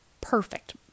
Perfect